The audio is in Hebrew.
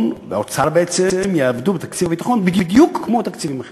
והאוצר בעצם יעבדו בתקציב הביטחון בדיוק כמו בתקציבים האחרים,